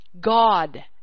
God